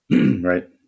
right